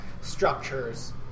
structures